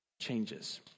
changes